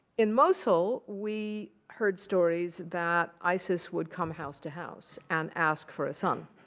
in mosul, we heard stories that isis would come house to house and ask for a son.